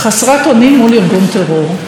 חסרת אונים, מול ארגון טרור.